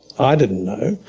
i didn't know.